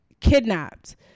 kidnapped